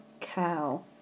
cow